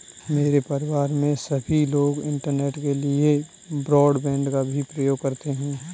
मेरे परिवार में सभी लोग इंटरनेट के लिए ब्रॉडबैंड का भी प्रयोग करते हैं